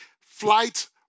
flight